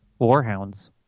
warhounds